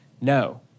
No